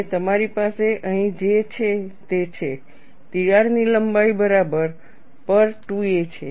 અને તમારી પાસે અહીં જે છે તે છે તિરાડની લંબાઈ 2a છે